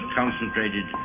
concentrated